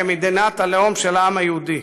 כמדינת הלאום של העם היהודי".